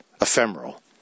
ephemeral